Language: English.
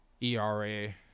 ERA